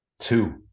Two